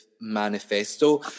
manifesto